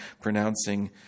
pronouncing